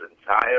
entire